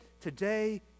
today